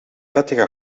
vettige